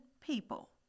people